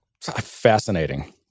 fascinating